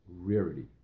rarity